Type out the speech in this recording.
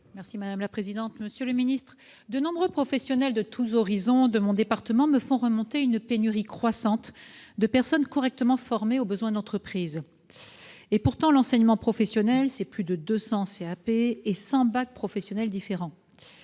Bories. Madame la présidente, monsieur le ministre, de nombreux professionnels de tous horizons de mon département font remonter du terrain une pénurie croissante de personnes correctement formées aux besoins de l'entreprise. Pourtant, l'enseignement professionnel représente plus de 200 CAP et 100 bacs professionnels différents.